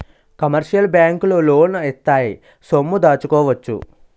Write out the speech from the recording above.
commercial బ్యాంకులు లోన్లు ఇత్తాయి సొమ్ము దాచుకోవచ్చు